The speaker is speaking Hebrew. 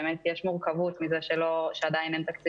באמת יש מורכבות מזה שעדיין אין תקציב